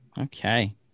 Okay